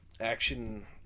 Action